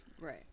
Right